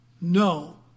no